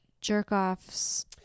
jerk-offs